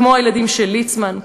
כמו הילדים של ליצמן,